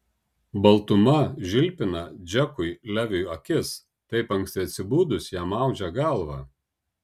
baltuma žilpina džekui leviui akis taip anksti atsibudus jam maudžia galvą